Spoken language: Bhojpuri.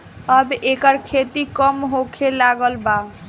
अब एकर खेती कम होखे लागल बा